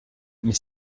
mais